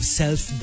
self